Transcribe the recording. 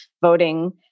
voting